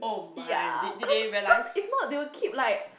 ya cause cause if not they will keep like